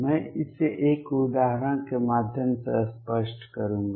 मैं इसे एक उदाहरण के माध्यम से स्पष्ट करूंगा